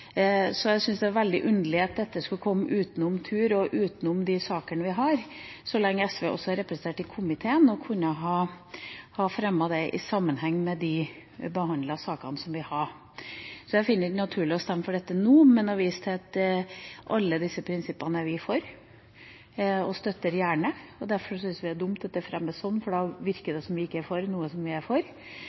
så jeg syns det er veldig underlig at dette skulle komme utenom tur og utenom de sakene vi har, så lenge SV også er representert i komiteen og kunne ha fremmet det i sammenheng med de sakene vi behandlet. Jeg finner det ikke naturlig å stemme for dette nå, men viser til at alle disse prinsippene er vi for og støtter gjerne. Derfor syns vi det er dumt at de fremmes sånn, for da virker det som vi ikke er for noe vi er for.